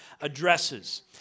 addresses